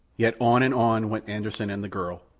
yet on and on went anderssen and the girl.